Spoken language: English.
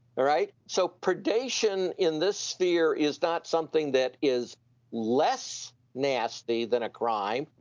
right. so predation in this sphere is not something that is less nasty than a crime,